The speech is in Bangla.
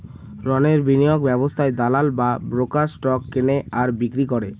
রণের বিনিয়োগ ব্যবস্থায় দালাল বা ব্রোকার স্টক কেনে আর বিক্রি করে